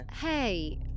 Hey